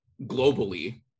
globally